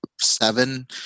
seven